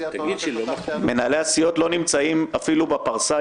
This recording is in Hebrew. --- מנהלי הסיעות לא נמצאים אפילו בפרסה,